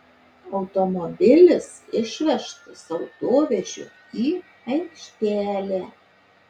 automobilis išvežtas autovežiu į aikštelę